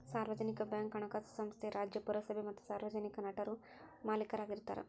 ಸಾರ್ವಜನಿಕ ಬ್ಯಾಂಕ್ ಹಣಕಾಸು ಸಂಸ್ಥೆ ರಾಜ್ಯ, ಪುರಸಭೆ ಮತ್ತ ಸಾರ್ವಜನಿಕ ನಟರು ಮಾಲೇಕರಾಗಿರ್ತಾರ